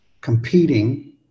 competing